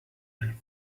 really